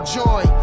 joy